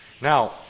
now